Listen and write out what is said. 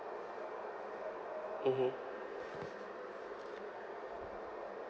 mmhmm